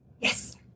Yes